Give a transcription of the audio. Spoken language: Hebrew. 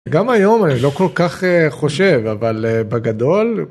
גם היום אני לא כל כך חושב, אבל בגדול.